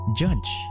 judge